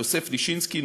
יוסף לישנסקי,